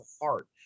heart